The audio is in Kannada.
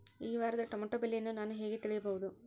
ಈ ವಾರದ ಟೊಮೆಟೊ ಬೆಲೆಯನ್ನು ನಾನು ಹೇಗೆ ತಿಳಿಯಬಹುದು?